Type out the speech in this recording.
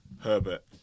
Herbert